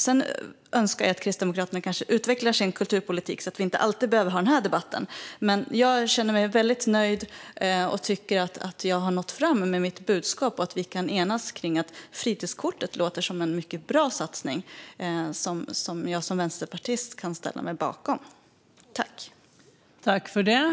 Sedan önskar jag kanske att Kristdemokraterna kunde utveckla sin kulturpolitik så att vi inte alltid behöver ha den här debatten, men jag känner mig väldigt nöjd. Jag tycker att jag har nått fram med mitt budskap, och vi kan enas kring att fritidskortet låter som en mycket bra satsning. Som vänsterpartist kan jag ställa mig bakom den.